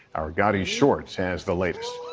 our gadi schwartz has the latest.